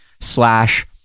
slash